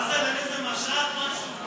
באסל, אין איזה משט, משהו?